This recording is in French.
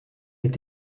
est